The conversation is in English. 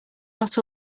not